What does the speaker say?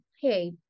hey